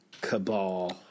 cabal